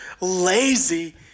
lazy